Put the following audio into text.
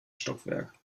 stockwerk